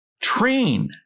Train